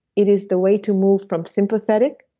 it is the way to move from sympathetic,